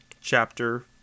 chapter